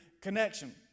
connection